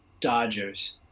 Dodgers